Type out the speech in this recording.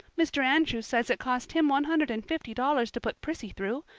mr. andrews says it cost him one hundred and fifty dollars to put prissy through,